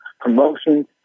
Promotions